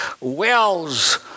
Wells